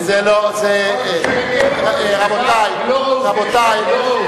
זה שקר וכזב ולא ראוי.